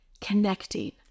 connecting